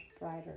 brighter